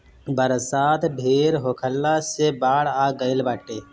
बरसात ढेर होखला से बाढ़ आ गइल बाटे